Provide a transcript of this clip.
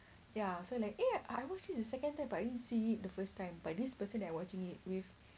ya so like eh I watched this the second time but I didn't see it the first time but this person that I'm watching it with